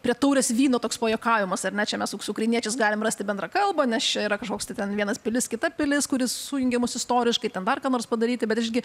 prie taurės vyno toks pajuokavimas ar ne čia mes su ukrainiečiais galim rasti bendrą kalbą nes čia yra kažkoks tai ten vienas pilis kita pilis kuri sujungia mus istoriškai ten dar ką nors padaryti bet visgi